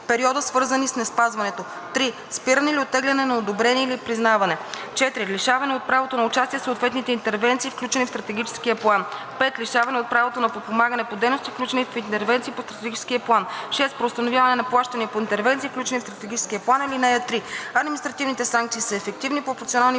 периода, свързани с неспазването; 3. спиране или оттегляне на одобрение или признаване; 4. лишаване от правото на участие в съответните интервенции, включени в Стратегическия план; 5. лишаване от правото на подпомагане по дейности, включени в интервенции по Стратегическия план; 6. преустановяване на плащания по интервенции, включени в Стратегическия план. (3) Административните санкции са ефективни, пропорционални и